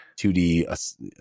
2D